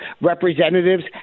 representatives